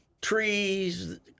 trees